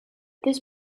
that